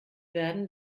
werden